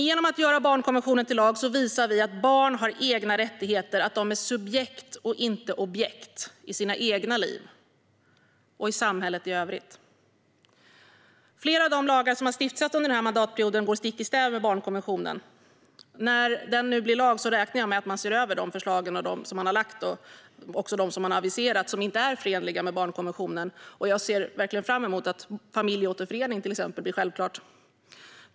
Genom att göra barnkonventionen till lag visar vi att barn har egna rättigheter, att de är subjekt och inte objekt i sina egna liv och i samhället i övrigt. Flera av de lagar som har stiftats under den här mandatperioden går stick i stäv med barnkonventionen. När den nu blir lag räknar jag med att man ser över dessa förslag och de förslag som har aviserat som inte är förenliga med barnkonventionen. Jag ser verkligen fram emot att till exempel familjeåterförening blir självklart.